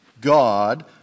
God